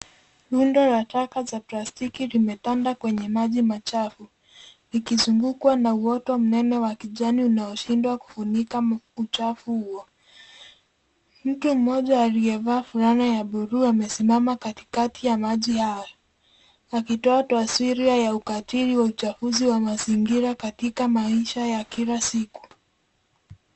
Rundo wa taka za plastiki limetanda kwenye maji machafu ikizungukwa na uotwa mnene wa kijani unaoshindwa kufunika uchafu huo. Mtu mmoja aliyevaa fulana ya buluu amesimama katikati ya maji hayo akitoa taswira ya ukatili wa uchaguzi wa mazingira katika maisha ya kila siku.